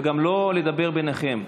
וגם לא לדבר ביניכם.